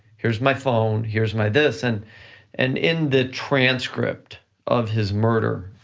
here's my phone, here's my this and and in the transcript of his murder,